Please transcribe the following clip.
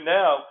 now